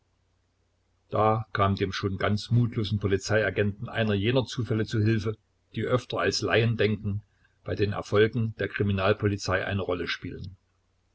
da kam dem schon ganz mutlosen polizeiagenten einer jener zufälle zu hilfe die öfter als laien denken bei den erfolgen der kriminalpolizei eine rolle spielen